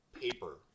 paper